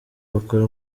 bakora